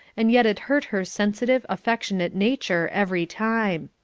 and yet it hurt her sensitive, affectionate nature every time.